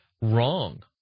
wrong